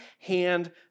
hand